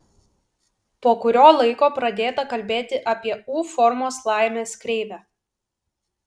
po kurio laiko pradėta kalbėti apie u formos laimės kreivę